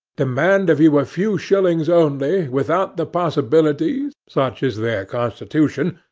demand of you a few shillings only, without the possibility, such is their constitution,